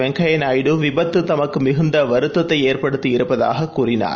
Venkaiah Naidu விபத்துதமக்குமிகுந்தவருத்தத்தைஏற்படுத்தியிருப்பதாககூறினார்